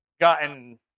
Gotten